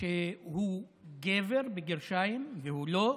שהוא "גבר" בגרשיים, והוא לא.